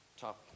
top